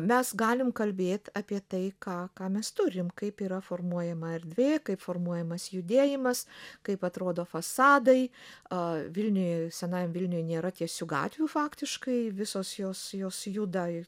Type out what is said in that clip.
mes galim kalbėt apie tai ką ką mes turim kaip yra formuojama erdvė kaip formuojamas judėjimas kaip atrodo fasadai a vilniuj senajam vilniuj nėra tiesių gatvių faktiškai visos jos jos juda